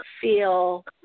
feel